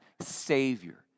Savior